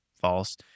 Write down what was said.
false